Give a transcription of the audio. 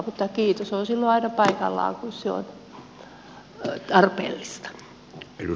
mutta kiitos on silloin aina paikallaan kun se on tarpeellista